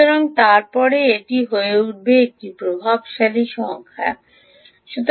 সুতরাং তারপর এটি হয়ে উঠবে একটি প্রভাবশালী সংখ্যায় পরিণত